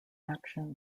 action